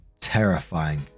terrifying